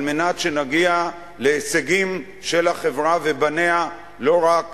על מנת שנגיע להישגים של החברה ובניה לא רק